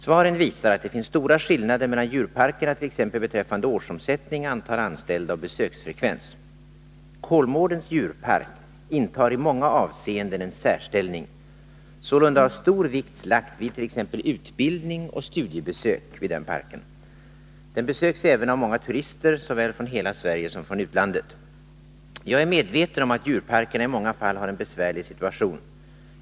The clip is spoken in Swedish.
Svaren visar att det finns stora skillnader mellan djurparkerna t.ex. beträffande årsomsättning, antal anställda och besöksfrekvens. Kolmårdens djurpark intar i många avseenden en särställning. Sålunda har stor vikt lagts vid t.ex. utbildning och studiebesök vid den parken. Den besöks även av många turister såväl från hela Sverige som från utlandet. Jag är medveten om att djurparkerna i många fall har en besvärlig situation.